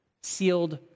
sealed